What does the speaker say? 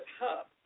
hub